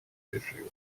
tissue